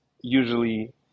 usually